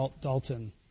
Dalton